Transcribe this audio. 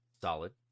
Solid